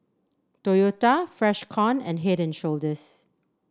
Toyota Freshkon and Head And Shoulders